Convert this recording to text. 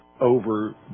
over